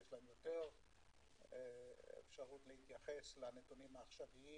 ויש להם יותר אפשרות להתייחס לנתונים העכשוויים